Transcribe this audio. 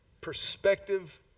perspective